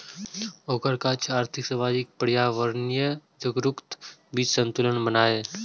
ओकर काज छै आर्थिक, सामाजिक आ पर्यावरणीय जरूरतक बीच संतुलन बनेनाय